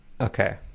okay